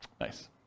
Nice